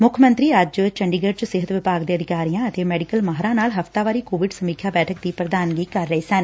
ਮੁੱਖ ਮੰਤਰੀ ਅੱਜ ਚੰਡੀਗੜੁ ਚ ਸਿਹਤ ਵਿਭਾਗ ਦੇ ਅਧਿਕਾਰੀਆਂ ਅਤੇ ਮੈਡੀਕਲ ਮਾਹਿਰਾਂ ਨਾਲ ਹਫ਼ਤਾਵਾਰੀ ਕੋਵਿਡ ਸਮੀਖਿਆ ਬੈਠਕ ਦੀ ਪ੍ਰਧਾਨਗੀ ਕਰ ਰਹੇ ਸਨ